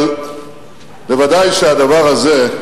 אבל ודאי שהדבר הזה,